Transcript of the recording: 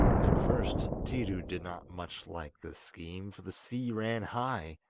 at first tiidu did not much like this scheme, for the sea ran high,